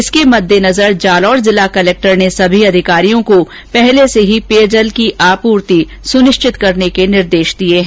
इसके मददे नजर जालौर जिला कलेक्टर ने सभी अधिकारियों को पहले से ही पेयजल की आपूर्ति सुनिश्चित करने के निर्देश दिये हैं